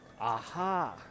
Aha